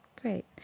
great